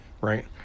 right